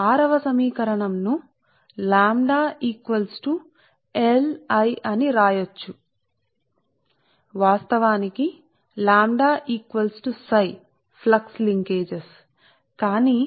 కాబట్టి ఇది సమీకరణం 6 ను అందిస్తుంది మనం అని వ్రాయవచ్చు వాస్తవానికి లాంబ్డా Ѱ ఫ్లక్స్ లింకేజీలకు సమానం కాని